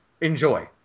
Enjoy